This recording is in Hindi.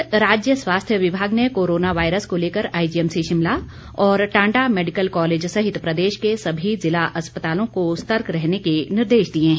इधर राज्य स्वास्थ्य विभाग ने कोरोना वायरस को लेकर आईजीएमसी शिमला और टांडा मेडिकल कॉलेज सहित प्रदेश के सभी जिला अस्पतालों को सतर्क रहने के निर्देश दिए हैं